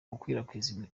gukwirakwiza